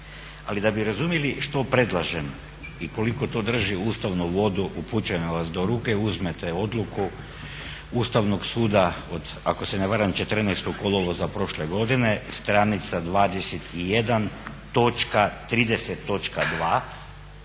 Ali da bi razumjeli što predlažem i koliko to drži ustavnu vodu upućujem vas da u ruke uzmete odluku Ustavnog suda od ako se ne varam 14.kolovoza prošle godine, stranica 21.točka